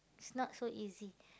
it's not so easy